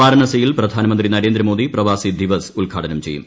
വാരണസിയിൽ പ്രധാനമന്ത്രി നരേന്ദ്രമോദി പ്രവാസി ദിവസ് ഉദ്ഘാടനം ചെയ്യും